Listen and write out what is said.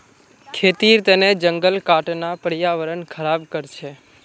खेतीर तने जंगल काटना पर्यावरण ख़राब कर छे